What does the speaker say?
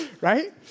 right